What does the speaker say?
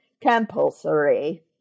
compulsory